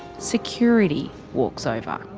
security walks over.